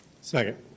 Second